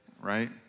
Right